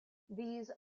these